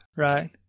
Right